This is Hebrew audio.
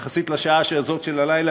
יחסית לשעה הזאת של הלילה,